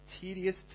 tedious